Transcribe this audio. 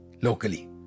locally